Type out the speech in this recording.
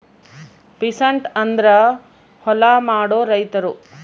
peasant ಅಂದ್ರ ಹೊಲ ಮಾಡೋ ರೈತರು